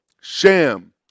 Sham